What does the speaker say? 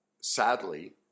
sadly